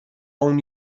اون